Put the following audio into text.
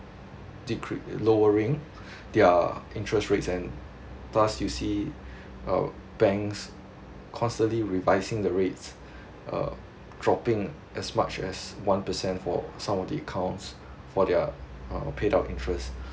decrease~ lowering their interest rates and thus you see uh banks constantly revising their rates uh dropping as much as one percent for some of the accounts for their uh paid out interests